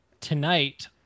tonight